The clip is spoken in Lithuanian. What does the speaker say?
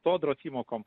sodros įmokom